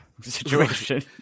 situation